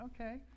okay